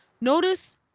Notice